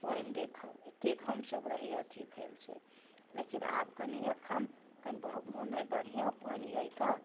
आओर पानि देखब एतेक हमसब रही अथी भेल से लेकिन आब कनी एखन बह मोन अय बढ़िआँ पानि अइ तऽ